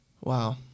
wow